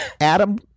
Adam